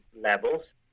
levels